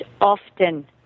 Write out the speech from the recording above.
often